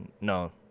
No